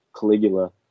Caligula